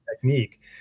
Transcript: technique